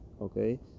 okay